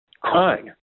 crying